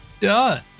done